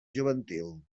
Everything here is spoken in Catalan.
juvenil